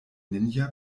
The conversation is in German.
ninja